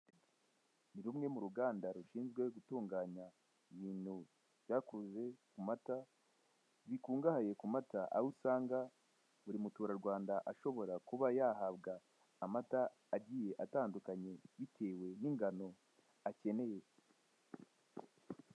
Ni rumwe mu ruganda rushinzwe gutunganya ibintu byakuwe ku mata, bikungahaye ku mata, aho usanga buri muturarwanda ashobora kuba yahabwa amata agiye atandukanye bitewe n'ingano akeneye.